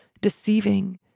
deceiving